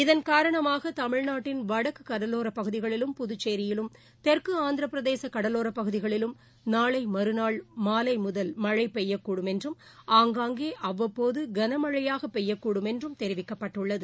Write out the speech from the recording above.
இதள் காரணமாக தமிழ்நாட்டின் வடக்கு கடலோரப்பகுதிகளிலும் புதச்சேரியிலும் தெற்கு ஆந்திரபிரதேச கடலோரப் பகுதிகளிலும் நாளை மறுநாள் மாலை முதல் மளழ பெய்யக்கூடும் என்றும் ஆங்காங்கே அவ்வப்போது கனமழை பெய்யக்கூடும் என்றும் தெரிவிக்கப்பட்டுள்ளது